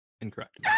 Incorrect